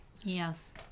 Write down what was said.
Yes